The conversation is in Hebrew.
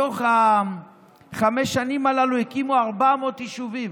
בתוך חמש השנים הללו הקימו 400 יישובים.